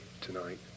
tonight